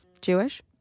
Jewish